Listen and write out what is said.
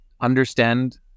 understand